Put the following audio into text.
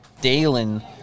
Dalen